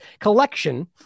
collection